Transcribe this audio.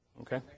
Okay